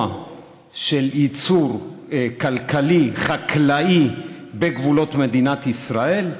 של ייצור כלכלי חקלאי בגבולות מדינת ישראל,